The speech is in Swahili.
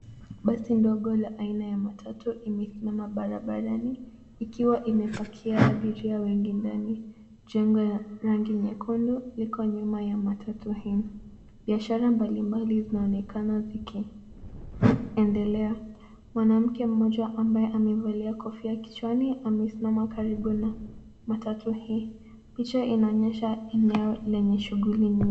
Basi ndogo la aina ya matatu imesimama barabarani ikiwa imepakia abiria wengi ndani. Jengo ya rangi nyekundu liko nyuma ya matatu hii. Biashara mbali mbali zinaonekana zikiendelea. Mwanamke mmoja ambaye amevalia kofia kichwani amesimama karibu na matatu hii. Picha inaonyesha eneo lenye shughuli nyingi.